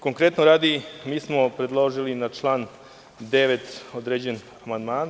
Konkretno, mi smo predložili na član 9. određen amandman.